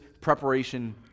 preparation